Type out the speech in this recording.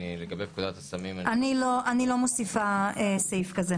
אני לא מוסיפה סעיף כזה.